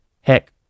Heck